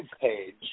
page